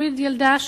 שהוריד ילדה,